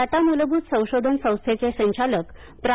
टाटा मूलभूत संशोधन संस्थेचे संचालक प्रा